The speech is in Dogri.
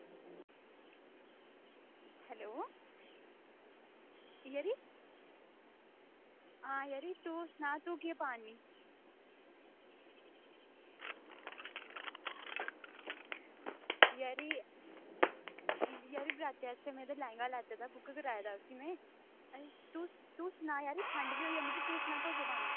हैलो यरी हां यरी तूं सना तूं केह् पाऽ नी यरी यरी बराती आस्तै में ते लैंहगा लैते दा बुक कराए उसी में तूं तूं सना यरी ठंड बी होई जानी ते तूं सना तूं केह् पाना